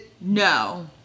No